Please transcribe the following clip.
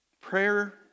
Prayer